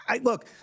Look